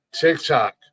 TikTok